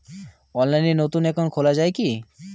অনলাইনে নতুন একাউন্ট খোলা য়ায় কি?